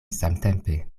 samtempe